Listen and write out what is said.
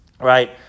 right